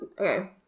Okay